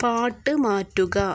പാട്ട് മാറ്റുക